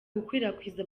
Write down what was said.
gukwirakwiza